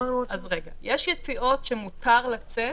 יש יציאות שמותר לצאת,